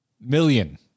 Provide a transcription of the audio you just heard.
Million